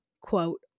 quote